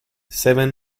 seven